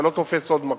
אתה לא תופס עוד מקום,